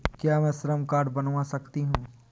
क्या मैं श्रम कार्ड बनवा सकती हूँ?